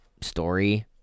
story